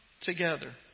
together